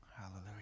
Hallelujah